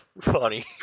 funny